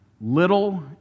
little